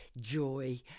joy